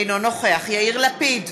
אינו נוכח יאיר לפיד,